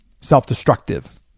self-destructive